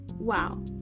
wow